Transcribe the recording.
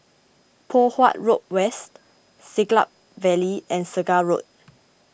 Poh Huat Road West Siglap Valley and Segar Road